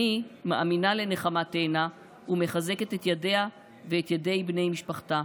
אני מאמינה לנחמה תאנה ומחזקת את ידיה ואת ידי בני משפחתה.